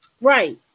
Right